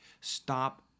Stop